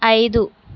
ఐదు